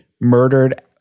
murdered